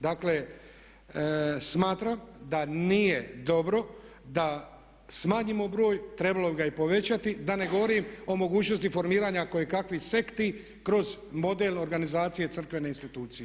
Dakle smatram da nije dobro da smanjimo broj trebalo bi ga i povećati da ne govorim o mogućnosti formiranja kojekakvih sekti kroz model organizacije crkvene institucije.